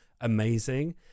amazing